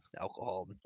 alcohol